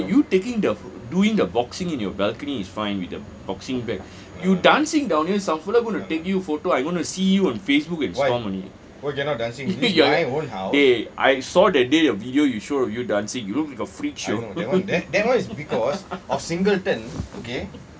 no you taking the doing the boxing in your balcony is fine with the boxing bag you dancing down here some fella gonna take you photo I gonna see you on facebook and stomp only I saw that day a video you show of you dancing you look with a freak show